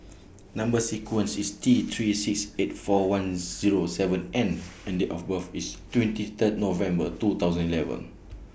Number sequence IS T three six eight four one Zero seven N and Date of birth IS twenty Third November two thousand eleven